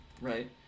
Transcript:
right